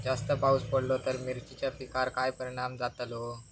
जास्त पाऊस पडलो तर मिरचीच्या पिकार काय परणाम जतालो?